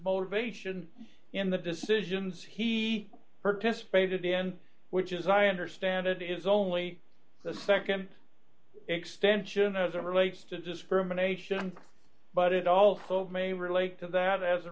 motivation in the decisions he participated in which is i understand it is only the nd extension of that relates to discrimination but it also may relate to that as it